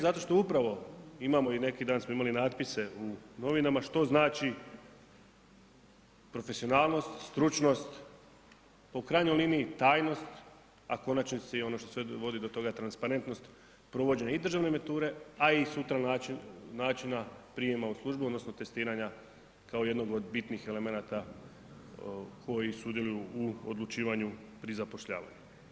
Zato što upravo imamo i neki dan smo imali natpise u novinama što znači profesionalnost, stručnost, pa u krajnjoj liniji tajnost, a u konačnici ono što sve vodi do toga transparentnost provođenja i državne mature, a i sutra načina prijama u službu odnosno testiranja kao jednog od bitnih elemenata koji sudjeluju u odlučivanju pri zapošljavanju.